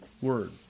word